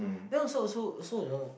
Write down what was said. then also also also you know